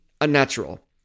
unnatural